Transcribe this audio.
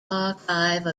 archive